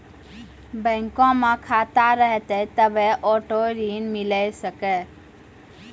बैंको मे खाता रहतै तभ्भे आटो ऋण मिले सकै